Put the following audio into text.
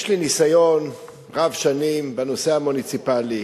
יש לי ניסיון רב-שנים בנושא המוניציפלי,